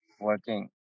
working